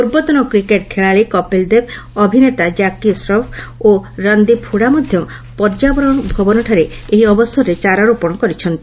ପୂର୍ବତନ କ୍ରିକେଟ୍ ଖେଳାଳି କପିଲ୍ଦେବ ଅଭିନେତା ଜ୍ୟାକି ଶ୍ରଫ୍ ଓ ରନ୍ଦୀପ୍ ହୁଡ଼ା ମଧ୍ୟ ପର୍ଯ୍ୟାବରଣ ଭବନଠାରେ ଏହି ଅବସରରେ ଚାରାରୋପଣ କରିଛନ୍ତି